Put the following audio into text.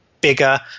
bigger